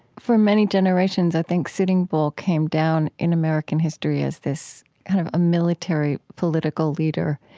for many generations i think sitting bull came down in american history as this kind of a military political leader,